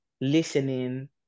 listening